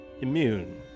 immune